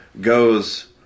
goes